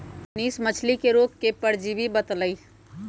मनीष मछ्ली के रोग के परजीवी बतई लन